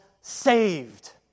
saved